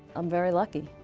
i'm very lucky,